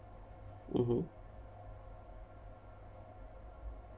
mmhmm